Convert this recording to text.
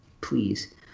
Please